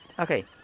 Okay